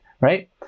right